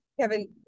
Kevin